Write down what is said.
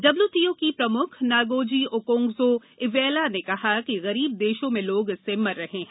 WTO की प्रमुख Ngozi Okonjo Iweala ने कहा कि गरीब देशों में लोग इससे मर रहे हैं